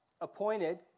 Appointed